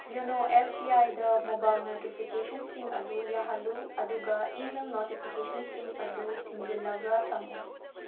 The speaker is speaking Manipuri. ꯌꯣꯅꯣ ꯑꯦꯁ ꯕꯤ ꯑꯥꯏꯗ ꯃꯣꯕꯥꯏꯜ ꯅꯇꯤꯐꯤꯀꯦꯁꯟꯁꯤꯡ ꯑꯗꯨ ꯌꯥꯍꯜꯂꯨ ꯑꯗꯨꯒ ꯏꯃꯦꯜ ꯅꯣꯇꯤꯐꯤꯀꯦꯁꯟꯁꯤꯡ ꯑꯗꯨ ꯊꯤꯡꯖꯤꯜꯂꯒ ꯊꯝꯃꯨ